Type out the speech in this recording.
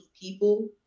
people